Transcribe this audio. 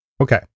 Okay